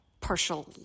partial